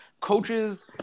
Coaches